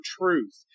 truth